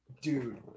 Dude